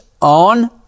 on